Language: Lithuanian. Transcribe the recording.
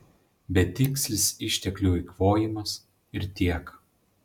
betikslis išteklių eikvojimas ir tiek